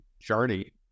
journey